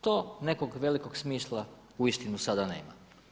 To nekog velikog smisla, uistinu sada nema.